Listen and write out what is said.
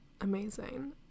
Amazing